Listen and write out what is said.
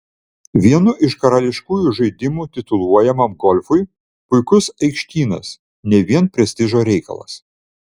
vienu iš karališkųjų žaidimų tituluojamam golfui puikus aikštynas ne vien prestižo reikalas